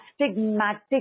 astigmatic